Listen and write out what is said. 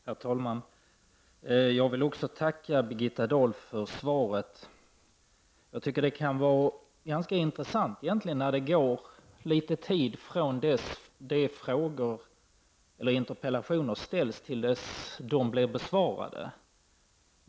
Herr talman! Jag vill också tacka Birgitta Dahl för svaret. Det är intressant när det går litet tid från det att interpellationerna ställs till dess de blir besvarade.